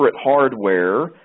hardware